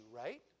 right